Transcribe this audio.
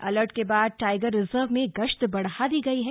alert के बाद tiger reserve में गश्त बढ़ा दी गई है